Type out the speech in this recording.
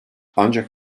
ancak